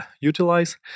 utilize